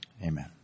Amen